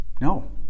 No